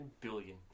billion